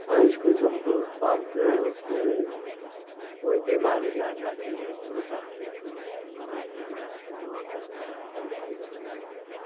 भैंस को जो हम लोग पालते हैं उसमें कोई बीमारी आ जाती है तो डाक्टर को बुलाते हैं डाक्टर दवा करता है फिर ठीक हो जाती है